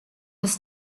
was